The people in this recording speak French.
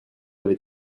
avez